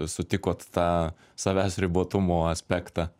sutikot tą savęs ribotumo aspektą